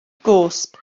gosb